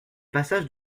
passage